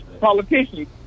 politicians